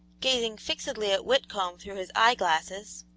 gazing fixedly at whitcomb through his eye-glasses,